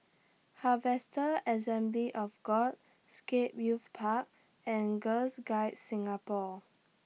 Harvester Assembly of God Scape Youth Park and Girls Guides Singapore